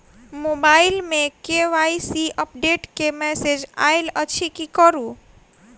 Mobile मे KYC update केँ message आइल अछि की करू?